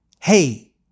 hey